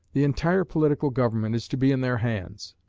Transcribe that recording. the entire political government is to be in their hands.